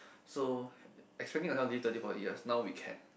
so expecting ourself to live thirty forty years now we can